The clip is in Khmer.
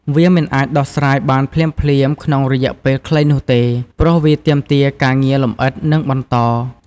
វាមិនអាចដោះស្រាយបានភ្លាមៗក្នុងរយៈពេលខ្លីនោះទេ ព្រោះវាទាមទារការងារលម្អិត និងបន្ត។